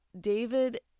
David